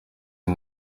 izi